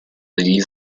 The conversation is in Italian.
degli